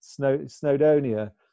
Snowdonia